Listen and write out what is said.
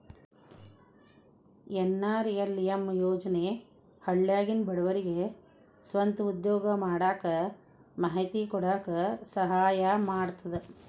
NRLM ಯೋಜನೆ ಹಳ್ಳ್ಯಾಗಿನ ಬಡವರಿಗೆ ಸ್ವಂತ ಉದ್ಯೋಗಾ ಮಾಡಾಕ ಮಾಹಿತಿ ಕೊಡಾಕ ಸಹಾಯಾ ಮಾಡ್ತದ